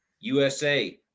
USA